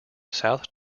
south